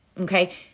Okay